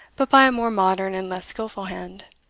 but by a more modern and less skilful hand.